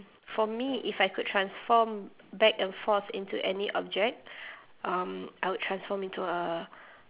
for me if I could transform back and forth into any object um I would transform into a